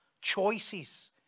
choices